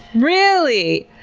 really?